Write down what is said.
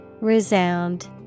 Resound